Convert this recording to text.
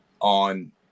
on